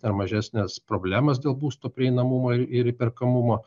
ar mažesnes problemas dėl būsto prieinamumo ir ir įperkamumo